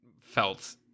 felt